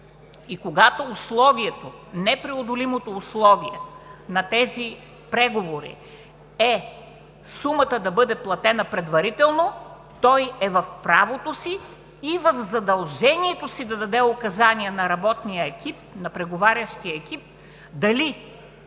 И когато условието, непреодолимото условие на тези преговори е сумата да бъде платена предварително, той е в правото си и в задължението си да даде указание на работния екип, на преговарящия екип, дали